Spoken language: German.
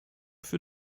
für